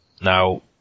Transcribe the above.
Now